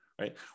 right